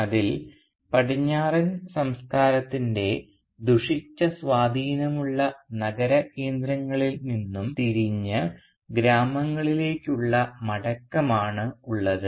അതിൽ പടിഞ്ഞാറൻ സംസ്കാരത്തിൻറെ ദുഷിച്ച സ്വാധീനം ഉള്ള നഗര കേന്ദ്രങ്ങളിൽ നിന്നും തിരിഞ്ഞു ഗ്രാമങ്ങളിലേക്കുള്ള മടക്കമാണ് ഉള്ളത്